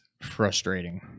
frustrating